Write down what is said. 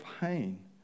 pain